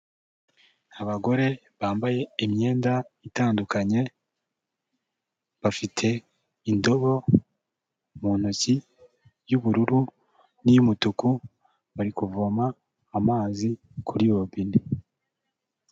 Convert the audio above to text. Abagore bambaye imyenda itandukanye, bafite indobo mu ntoki y'ubururu n'iy'umutuku, bariko kuvoma amazi kuri robine.